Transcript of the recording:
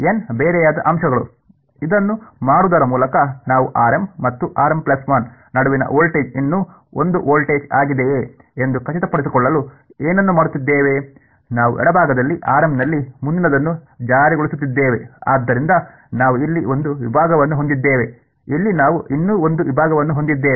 N ಬೇರೆಯಾದ ಅಂಶಗಳು ಇದನ್ನು ಮಾಡುವುದರ ಮೂಲಕ ನಾವು rm ಮತ್ತು rm1 ನಡುವಿನ ವೋಲ್ಟೇಜ್ ಇನ್ನೂ 1 ವೋಲ್ಟ್ ಆಗಿದೆಯೆ ಎಂದು ಖಚಿತಪಡಿಸಿಕೊಳ್ಳಲು ಏನನ್ನೂ ಮಾಡುತ್ತಿದ್ದೇವೆ ನಾವು ಎಡಭಾಗದಲ್ಲಿ rm ನಲ್ಲಿ ಮುಂದಿನದನ್ನು ಜಾರಿಗೊಳಿಸುತ್ತಿದ್ದೇವೆ ಆದ್ದರಿಂದ ನಾವು ಇಲ್ಲಿ ಒಂದು ವಿಭಾಗವನ್ನು ಹೊಂದಿದ್ದೇವೆ ಇಲ್ಲಿ ನಾವು ಇನ್ನೂ ಒಂದು ವಿಭಾಗವನ್ನು ಹೊಂದಿದ್ದೇವೆ